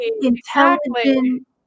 intelligent